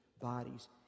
bodies